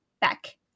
back